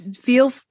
feel